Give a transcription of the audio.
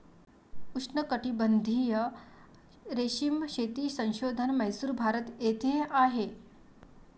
उष्णकटिबंधीय रेशीम शेती संशोधन म्हैसूर, भारत येथे आहे